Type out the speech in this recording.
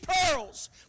pearls